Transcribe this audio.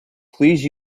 please